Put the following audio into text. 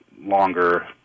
longer